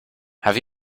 have